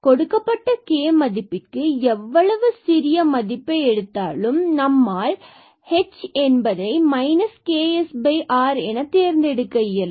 கொடுக்கப்பட்ட k மதிப்பிற்கு எவ்வளவு சிறிய மதிப்பை எடுத்தாலும் நம்மால் h இதை ksr என தேர்ந்தெடுக்க இயலும்